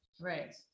right